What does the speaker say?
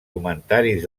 comentaris